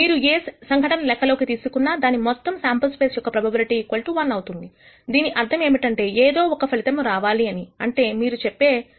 మీరు ఏ సంఘటన లెక్కలోకి తీసుకున్నా దాని మొత్తం శాంపుల్ స్పేస్ యొక్క ప్రోబబిలిటీ 1 అవుతుంది దీని అర్థం ఏమిటంటే ఏదో 1 ఫలితం రావాలి అని అంటే మీరు చెప్పే అర్థం P1